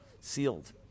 sealed